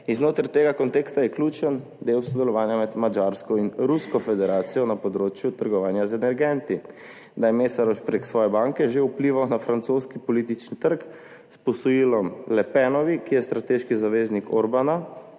znotraj tega konteksta je ključen del sodelovanja med Madžarsko in Rusko federacijo na področju trgovanja z energenti, da je Meszaros prek svoje banke že vplival na francoski politični trg s posojilom Le Penovi, ki je strateški zaveznik Orbana,